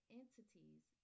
entities